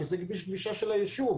כי זה כביש גישה של היישוב.